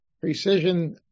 Precision